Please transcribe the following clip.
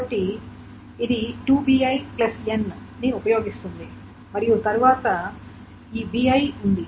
కాబట్టి ఇది 2bi n ని ఉపయోగిస్తుంది మరియు తరువాత ఈ bi ఉంది